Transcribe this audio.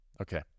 Okay